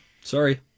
Sorry